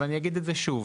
ואני אגיד את זה שוב: